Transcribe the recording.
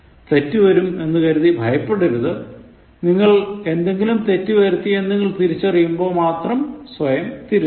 തെറ്റുവരും എന്ന് കരുതി ഭയപ്പെടരുത് നിങ്ങൾ എന്തെങ്കിലും തെറ്റു വരുത്തി എന്ന് നിങ്ങൾ തിരിച്ചറിയുമ്പോൾ മാത്രം സ്വയം തിരുത്തുക